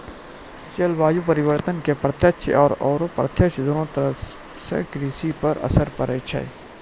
जलवायु परिवर्तन के प्रत्यक्ष आरो अप्रत्यक्ष दोनों तरह सॅ कृषि पर असर पड़ै छै